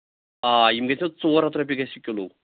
آ یِم گژھان ژور ہَتھ رۄپیہِ گژھِ یہِ کِلوٗ